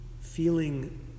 feeling